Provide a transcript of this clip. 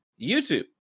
YouTube